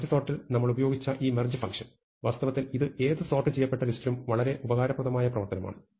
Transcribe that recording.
merge സോർട്ടിൽ നമ്മൾ ഉപയോഗിച്ച ഈ മെർജ് ഫങ്ഷൻ വാസ്തവത്തിൽ ഏതു സോർട്ട് ചെയ്യപ്പെട്ട ലിസ്റ്റിലും വളരെ ഉപകാരപ്രദമായ പ്രവർത്തനമാണ്